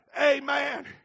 Amen